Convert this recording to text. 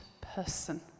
person